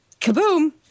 kaboom